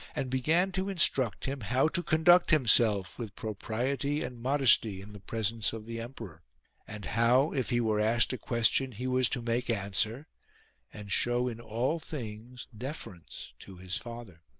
and began to instruct him how to conduct himself with pro priety and modesty in the presence of the emperor and how if he were asked a question he was to make answer and show in all things deference to his father.